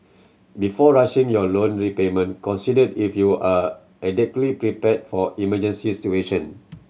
before rushing your loan repayment consider if you are adequately prepared for emergency situation